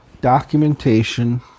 documentation